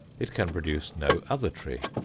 it can produce no other tree,